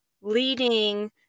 leading